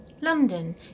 London